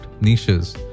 niches